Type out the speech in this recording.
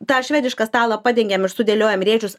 tą švedišką stalą padengėm ir sudėliojom rėžius